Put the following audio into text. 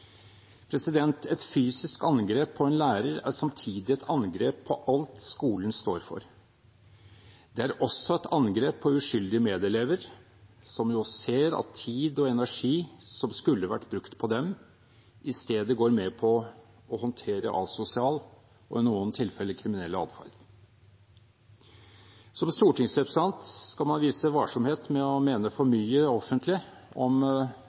Et fysisk angrep på en lærer er samtidig et angrep på alt skolen står for. Det er også et angrep på uskyldige medelever som ser at tid og energi som skulle vært brukt på dem, i stedet går med til å håndtere asosial og i noen tilfeller kriminell adferd. Som stortingsrepresentant skal man vise varsomhet med å mene for mye offentlig om